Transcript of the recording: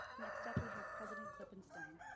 next up, we have president klippenstein.